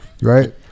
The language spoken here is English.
Right